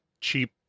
cheap